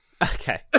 Okay